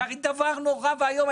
זה הרי דבר נורא ואיום.